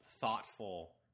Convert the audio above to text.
thoughtful